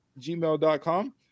gmail.com